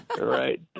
Right